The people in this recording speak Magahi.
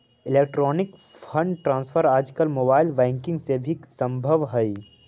इलेक्ट्रॉनिक फंड ट्रांसफर आजकल मोबाइल बैंकिंग से भी संभव हइ